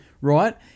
right